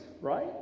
right